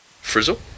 Frizzle